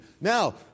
now